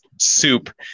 soup